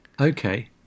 okay